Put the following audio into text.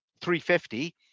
350